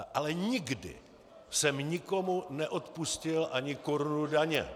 Ale nikdy jsem nikomu neodpustil ani korunu daně.